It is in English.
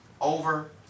over